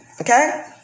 Okay